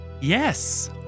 Yes